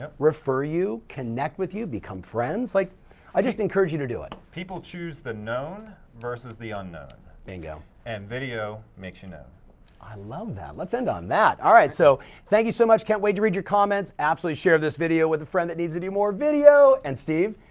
ah refer you, connect with you, become friends. like i just encourage you to do it. people choose the known versus the unknown. bingo. and video makes you know i love that, let's end on that. alright, so thank you so much. can't wait to read your comments. absolutely share this video with a friend that needs to do more video and steve,